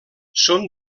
són